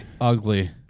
ugly